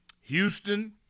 Houston